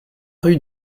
rue